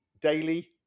daily